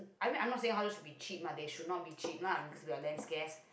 I mean I'm not saying houses should be cheap lah they should not be cheap lah because we are land scarce